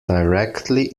directly